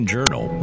Journal